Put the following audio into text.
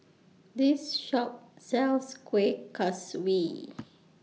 This Shop sells Kueh Kaswi